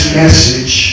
message